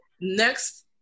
next